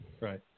Right